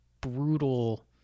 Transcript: brutal